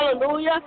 hallelujah